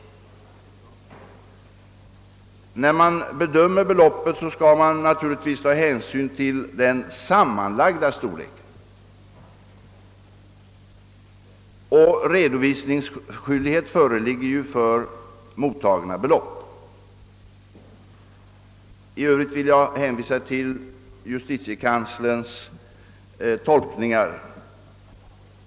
Och när man bedömer beloppet, skall naturligtvis hänsyn tagas till den sammanlagda summan. Redovisningsskyldighet föreligger för mottagna belopp. I övrigt hänvisar jag till justitiekanslerns tolkningar.